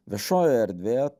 viešojoje erdvėje